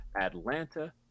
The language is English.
atlanta